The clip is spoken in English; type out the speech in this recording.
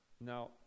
Now